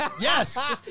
Yes